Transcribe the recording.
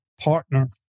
partner